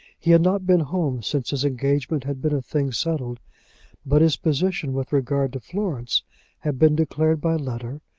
he had not been home since his engagement had been a thing settled but his position with regard to florence had been declared by letter,